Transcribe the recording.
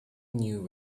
new